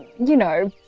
you know,